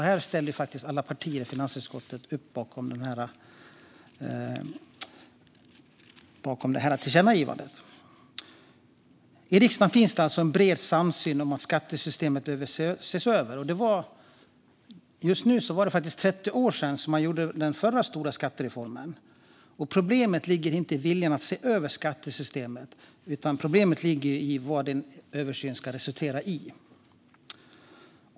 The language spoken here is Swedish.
Alla partier i finansutskottet ställde faktiskt upp bakom tillkännagivandet. I riksdagen finns alltså en bred samsyn om att skattesystemet behöver ses över. Det är nu 30 år sedan man gjorde den förra stora skattereformen. Problemet ligger inte i viljan att se över skattesystemet, utan det ligger i vad en översyn ska resultera i.